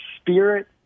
spirit